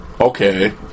Okay